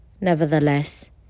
Nevertheless